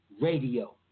Radio